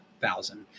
thousand